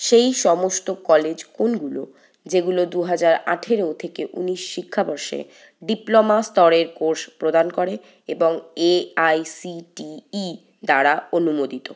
সেই সমস্ত কলেজ কোনগুলো যেগুলো দু হাজার আঠেরো থেকে উনিশ শিক্ষাবর্ষে ডিপ্লোমা স্তরের কোর্স প্রদান করে এবং এআইসিটিই দ্বারা অনুমোদিত